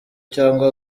cyangwa